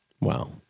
Wow